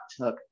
took